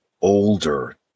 older